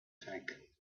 tank